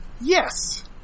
Yes